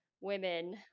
women